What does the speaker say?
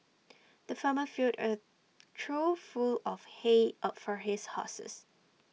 the farmer filled A trough full of hay A for his horses